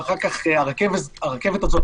ואחר כך הרכבת הזאת,